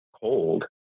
cold